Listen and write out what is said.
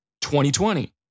2020